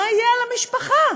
מה יהיה על המשפחה.